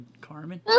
Carmen